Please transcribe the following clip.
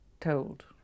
told